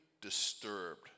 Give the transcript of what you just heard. disturbed